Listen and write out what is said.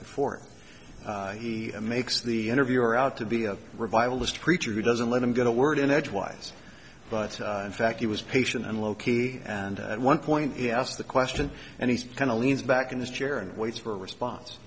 before he makes the interviewer out to be a revivalist preacher who doesn't let him get a word in edgewise but in fact he was patient and low key and at one point he asked the question and he kind of leans back in his chair and waits for a response